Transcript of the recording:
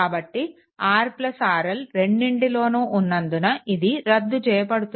కాబట్టి RRL రెండింటిలో ఉన్నందున ఇది రద్దుచేయబడుతుంది